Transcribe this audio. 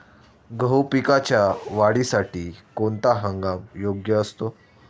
गहू पिकाच्या वाढीसाठी कोणता हंगाम योग्य असतो?